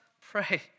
pray